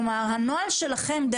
הנוהל שלכם,